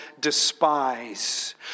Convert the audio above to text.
despise